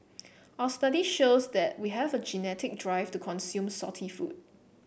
our study shows that we have a genetic drive to consume salty food